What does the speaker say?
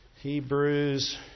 Hebrews